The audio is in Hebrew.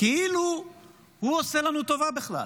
כאילו הוא עושה לנו טובה בכלל.